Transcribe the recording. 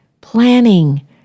planning